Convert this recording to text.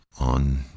on